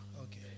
okay